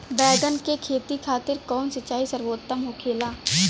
बैगन के खेती खातिर कवन सिचाई सर्वोतम होखेला?